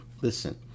listen